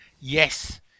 Yes